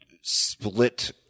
split